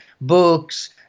books